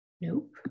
Nope